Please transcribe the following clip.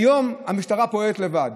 כיום המשטרה פועלת לבד.